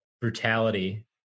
brutality